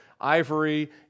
ivory